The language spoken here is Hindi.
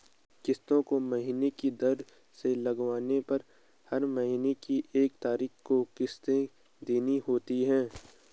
किस्तों को महीने की दर से लगवाने पर हर महीने की एक तारीख को किस्त देनी होती है